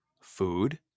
food